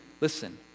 listen